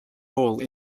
role